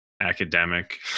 academic